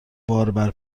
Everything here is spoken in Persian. باربر